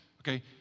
Okay